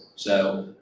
so